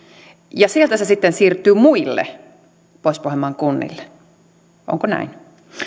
ja sieltä se sitten siirtyy muille pohjois pohjanmaan kunnille onko näin